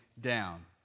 down